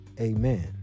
Amen